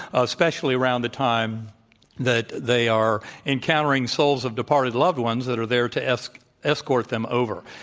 especially around the time that they are encountering souls of departed loved ones that are there to escort escort them over.